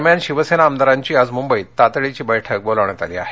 दरम्यान शिवसेना आमदारांची आज मुंबईत तातडीची बैठक बोलावण्यात आली आहे